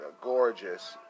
gorgeous